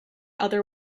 other